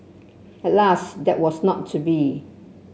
alas that was not to be